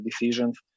decisions